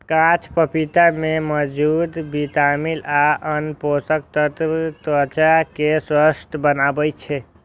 कांच पपीता मे मौजूद विटामिन आ आन पोषक तत्व त्वचा कें स्वस्थ बनबै छै